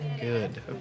Good